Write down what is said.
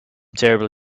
terribly